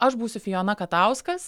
aš būsiu fijona katauskas